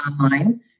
online